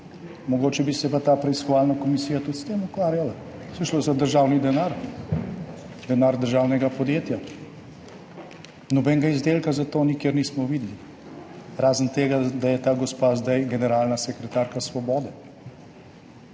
Mogoče bi se pa ta preiskovalna komisija tudi s tem ukvarjala, saj je šlo za državni denar, denar državnega podjetja. Nobenega izdelka za to nikjer nismo videli, razen tega, da je ta gospa zdaj generalna sekretarka Svobode.